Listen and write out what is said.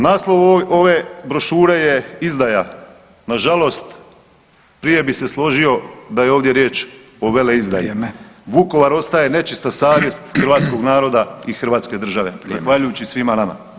Naslov ove brošure je izdaja, nažalost prije bi se složio da je ovdje riječ o veleizdaji [[Upadica: Vrijeme.]] Vukovar ostaje nečista savjest hrvatskog naroda i hrvatske država [[Upadica: Vrijeme.]] zahvaljujući svima nama.